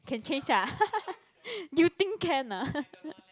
can change ah you think can ah